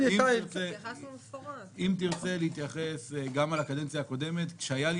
אם תרצה להתייחס גם לקדנציה הקודמת כשהייתה לי